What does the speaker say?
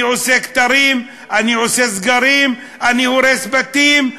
אני עושה כתרים, אני עושה סגרים, אני הורס בתים,